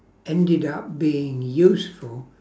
ended up being useful